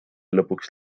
lõpuks